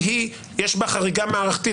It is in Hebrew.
כי יש בה חריגה מערכתית,